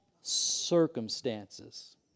circumstances